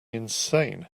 insane